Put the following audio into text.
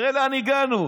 תראה לאן הגענו.